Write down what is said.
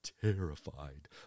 terrified